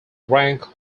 rank